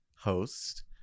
host